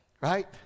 right